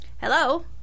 Hello